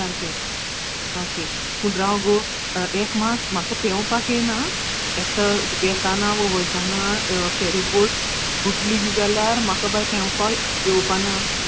सारकेओके पूण राव गो पूण एक मात म्हाका पेंवपाक येना आ हे पळयताना वयता फेरिबोट उलटी बी जाल्यार म्हाका पेंवपाक येवपाना